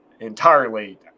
entirely